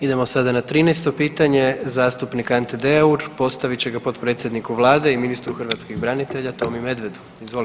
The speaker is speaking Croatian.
Idemo sada na 13. pitanje, zastupnik Ante Deur postavit će ga potpredsjedniku vlade i ministru hrvatskih branitelja Tomi Medvedu, izvolite.